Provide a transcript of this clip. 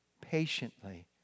patiently